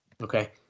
Okay